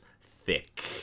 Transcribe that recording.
thick